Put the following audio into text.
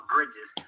Bridges